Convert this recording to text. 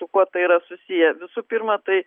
su kuo tai yra susiję visų pirma tai